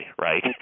right